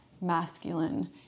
masculine